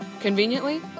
Conveniently